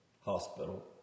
Hospital